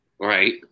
Right